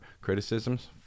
Criticisms